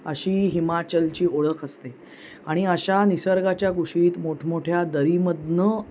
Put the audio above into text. अशी हिमाचलची ओळख असते आणि अशा निसर्गाच्या गुशीत मोठमोठ्या दरीमधनं